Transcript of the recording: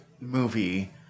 movie